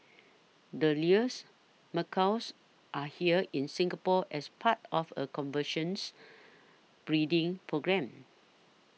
the Lear's macaws are here in Singapore as part of a conversions breeding programme